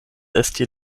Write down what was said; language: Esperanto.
esti